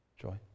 Joy